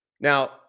Now